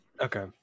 Okay